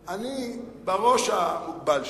אני, בראש המוגבל שלי,